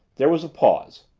there was a pause.